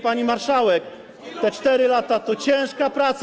Pani marszałek, te 4 lata to ciężka praca.